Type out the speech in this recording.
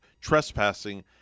trespassing